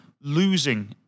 losing